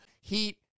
Heat